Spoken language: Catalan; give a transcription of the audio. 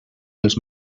els